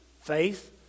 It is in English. Faith